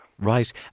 Right